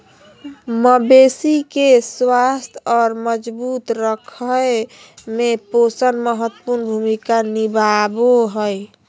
मवेशी के स्वस्थ और मजबूत रखय में पोषण महत्वपूर्ण भूमिका निभाबो हइ